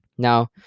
Now